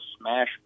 smash